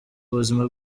buzima